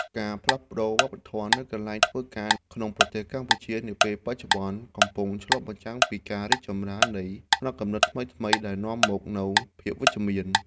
ការផ្លាស់ប្តូរវប្បធម៌នៅកន្លែងធ្វើការក្នុងប្រទេសកម្ពុជានាពេលបច្ចុប្បន្នកំពុងឆ្លុះបញ្ចាំងពីការរីកចម្រើននៃផ្នត់គំនិតថ្មីៗ ដែលនាំមកនូវភាពវិជ្ជមាន។